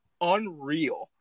unreal